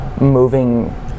moving